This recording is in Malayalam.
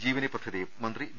ജീവനി പദ്ധതിയും മന്തി വി